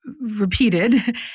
repeated